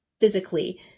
physically